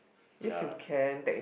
ya